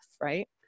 right